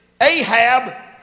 Ahab